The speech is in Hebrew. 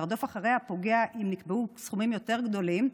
לרדוף אחרי הפוגע אם נקבעו סכומים יותר גדולים.